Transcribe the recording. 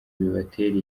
bibatera